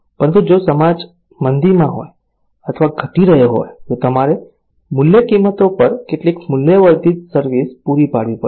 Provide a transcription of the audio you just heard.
પરંતુ જો સમાજ મંદીમાં હોય અથવા ઘટી રહ્યો હોય તો તમારે મૂલ્ય કિંમતો પર કેટલીક મૂલ્યવર્ધિત સર્વિસ પૂરી પાડવી પડશે